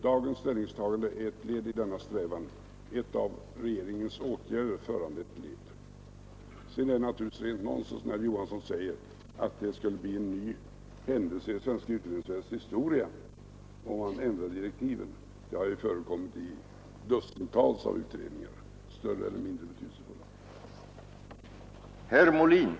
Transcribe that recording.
Dagens ställningstagande är ett led i denna strävan — ett av regeringens åtgärder föranlett led. Naturligtvis är det nonsens när herr Johansson säger att det skulle bli en ny händelse i det svenska utredningsväsendets historia om man ändrar direktiven. Det har ju förekommit i dussintals utredningar, större eller mindre betydelsefulla.